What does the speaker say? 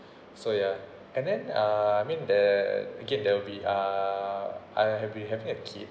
so ya and then uh I mean the again there will be uh I have we having a kids